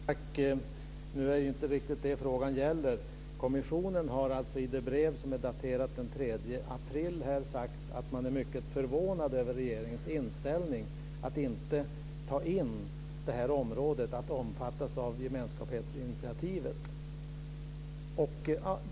Fru talman! Nu är det inte riktigt det frågan gäller. Kommissionen har i det brev som är daterat den 3 april sagt att man är mycket förvånad över regeringens inställning att inte ta in det här området så att det omfattas av gemenskapsinitiativet.